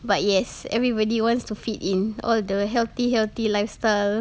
but yes everybody wants to fit in all the healthy healthy lifestyle